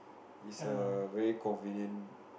is a very convenient